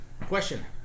question